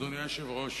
אדוני היושב-ראש,